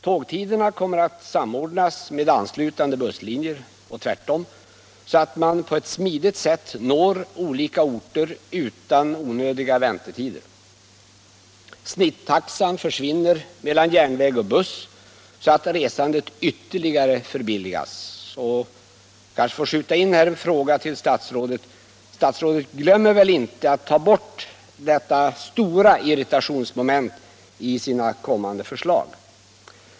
Tågtiderna kommer att samordnas med anslutande busslinjer och tvärtom så att man på ett smidigt sätt når olika orter utan onödiga väntetider. Snittaxan försvinner mellan järnväg och buss så att resandet ytterligare förbilligas. — Jag kanske här får skjuta in en fråga till statsrådet: Statsrådet glömmer väl inte att ta bort detta stora irritationsmoment i sina kommande förslag?